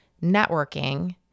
networking